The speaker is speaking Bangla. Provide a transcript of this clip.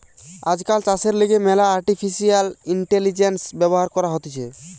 আজকাল চাষের লিগে ম্যালা আর্টিফিশিয়াল ইন্টেলিজেন্স ব্যবহার করা হতিছে